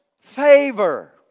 favor